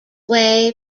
way